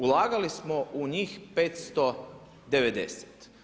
Ulagali smo u njih 590.